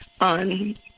on